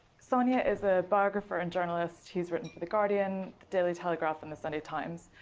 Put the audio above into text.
sonia is a biographer and journalist who's written for the guardian, daily telegraph, and the sunday times.